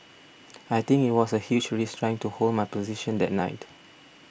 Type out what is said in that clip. I think it was a huge risk trying to hold my position that night